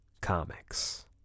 comics